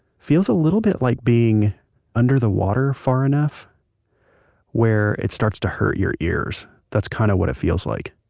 feels a little bit like being, like under the water far enough where it starts to hurt your ears. that's kinda what it feels like